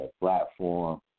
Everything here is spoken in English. platform